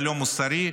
הלא-מוסרי,